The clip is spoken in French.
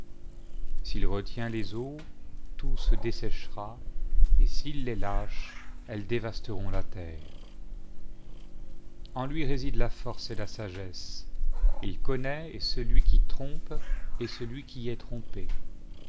s'il retient les eaux tout se desséchera et s'il les lâche elles dévasteront la terre on lui résident la force et la sa gesse il connaît et celui qui trompe et celui qui est trompé